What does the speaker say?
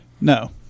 No